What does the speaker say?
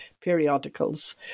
periodicals